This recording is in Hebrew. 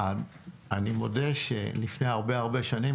אני מודה שלפני הרבה הרבה שנים,